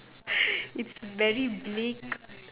it's very bleak